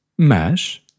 Mas